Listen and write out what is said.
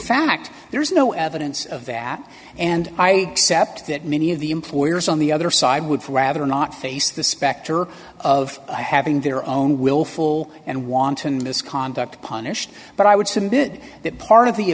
fact there is no evidence of that and i except that many of the employers on the other side would rather not face the specter of having their own willful and wanton misconduct punished but i would submit that part of the